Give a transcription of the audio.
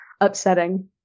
upsetting